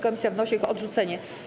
Komisja wnosi o ich odrzucenie.